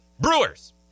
Brewers